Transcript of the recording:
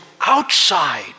outside